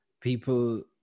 people